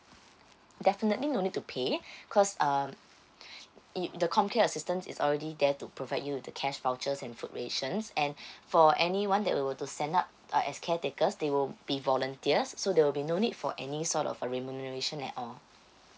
definitely no need to pay because um it the comcare assistance is already there to provide you with the cash vouchers and food rations and for anyone that we were to send up uh as caretakers they will be volunteers so there will be no need for any sort of a remuneration at all